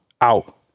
out